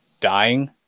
dying